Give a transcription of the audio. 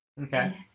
Okay